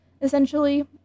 essentially